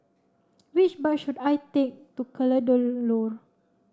which bus should I take to